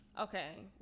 okay